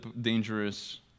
dangerous